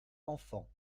enfant